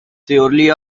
surely